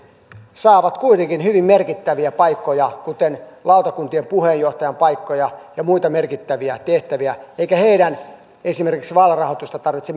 saavat kuitenkin hyvin merkittäviä paikkoja kuten lautakuntien puheenjohtajan paikkoja ja muita merkittäviä tehtäviä eikä heidän esimerkiksi vaalirahoitusta tarvitse